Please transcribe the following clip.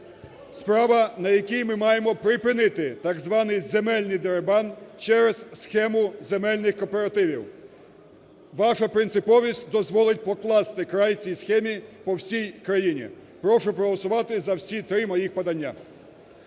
справа, на якій ми маємо припинити так званий земельний дерибан через схему земельних кооперативів. Ваша принциповість дозволить покласти край цій схемі по всій країні. Прошу проголосувати за всі три моїх подання.